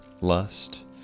lust